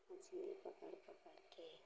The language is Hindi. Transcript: मछली पकड़ पकड़ के